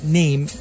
name